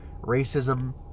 racism